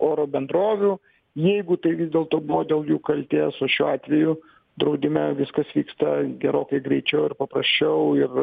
oro bendrovių jeigu tai vis dėlto buvo dėl jų kaltės o šiuo atveju draudime viskas vyksta gerokai greičiau ir paprasčiau ir